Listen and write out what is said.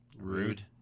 Rude